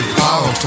power